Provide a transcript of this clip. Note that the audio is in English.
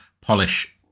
polish